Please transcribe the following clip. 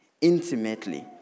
intimately